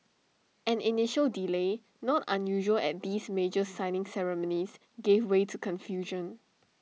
an initial delay not unusual at these major signing ceremonies gave way to confusion